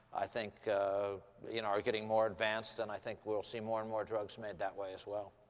i think you know are getting more advanced. and i think we'll see more and more drugs made that way, as well.